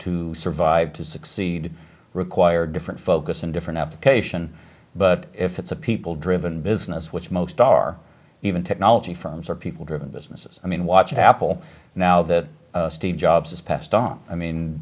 to survive to succeed require different focus and different application but if it's a people driven business which most are even technology firms are people driven businesses i mean watch apple now that steve jobs has passed on i mean